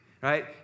right